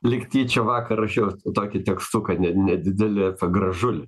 lyg tyčia vakar rašiausi tokį tekstuką ne nedidelį apie gražulį